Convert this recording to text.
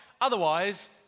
otherwise